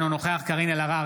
אינו נוכח קארין אלהרר,